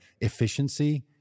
efficiency